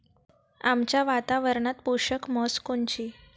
आमच्या वातावरनात पोषक म्हस कोनची?